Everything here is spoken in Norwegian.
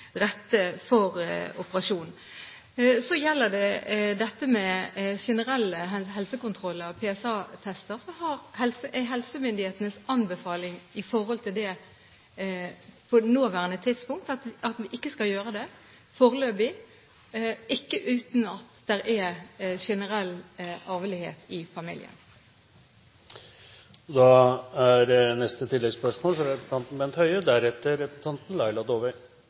for operasjon. Når det gjelder generelle helsekontroller og PSA-tester, er helsemyndighetenes anbefaling i forhold til det på det nåværende tidspunkt at vi ikke skal gjøre det foreløpig, ikke uten at det er generell arvelighet i familien.